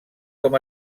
com